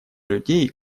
людей